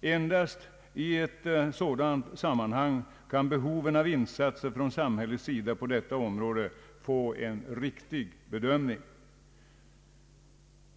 Endast i ett sådant sammanhang kan behoven av insatser från samhällets sida på detta område få en riktig bedömning.